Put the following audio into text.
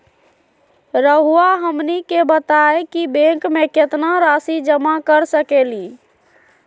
रहुआ हमनी के बताएं कि बैंक में कितना रासि जमा कर सके ली?